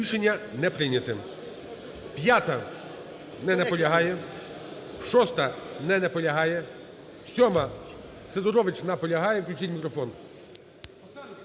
Рішення не прийняте. 5-а. Не наполягає. 6-а. не наполягає. 7-а. Сидорович наполягає. Включіть мікрофон.